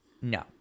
no